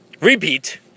repeat